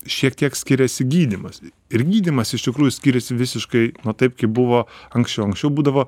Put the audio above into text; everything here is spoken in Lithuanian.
šiek tiek skiriasi gydymas ir gydymas iš tikrųjų skiriasi visiškai taip kaip buvo anksčiau anksčiau būdavo